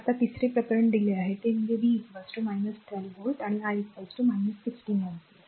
आता तिसरे प्रकरण दिले आहे की v 12 व्होल्ट आणि I 16 अँपिअर